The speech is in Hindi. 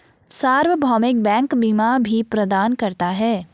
सार्वभौमिक बैंक बीमा भी प्रदान करता है